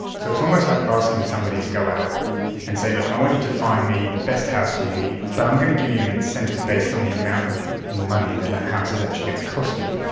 so it's almost like asking somebody to go out and say, look, i want you to find me the best house for me, but i'm going to give you an incentive based on the amount of money that that house is actually going to cost me.